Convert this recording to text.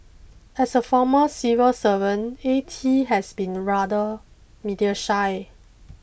as a former civil servant A T has been rather media shy